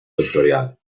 vectorial